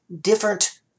different